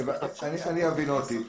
הבנתי.